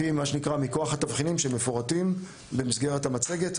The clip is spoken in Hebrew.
מכוח התבחינים שמפורטים במסגרת המצגת.